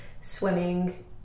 Swimming